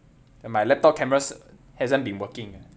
and my laptop camera's hasn't been working ah